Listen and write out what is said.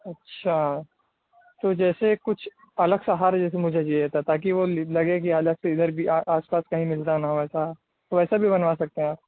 اچھا تو جیسے کچھ الگ سا ہار جیسے مجھے چہیے تھا تاکہ وہ لگے کہ الگ سے ادھر بھی آس پاس کہیں ملتا نہ ہو ایسا تو ویسا بھی بنوا سکتے ہیں آپ